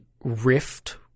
rift